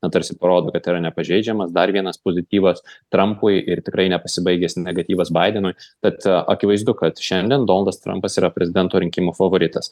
na tarsi parodo kad yra nepažeidžiamas dar vienas pozityvas trampui ir tikrai nepasibaigęs negatyvas baidenui tad akivaizdu kad šiandien donaldas trampas yra prezidento rinkimų favoritas